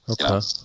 okay